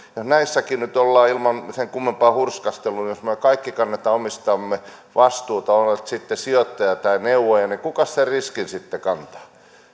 näissäkin nyt ollaan ilman sen kummempaa hurskastelua jos me kaikki kannamme omistamme vastuuta on sitten sijoittaja tai neuvoja niin kukas sen riskin sitten kantaa